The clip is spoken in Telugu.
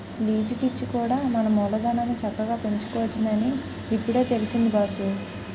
లీజికిచ్చి కూడా మన మూలధనాన్ని చక్కగా పెంచుకోవచ్చునని ఇప్పుడే తెలిసింది బాసూ